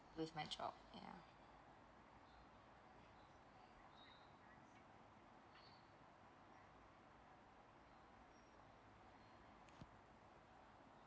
with my job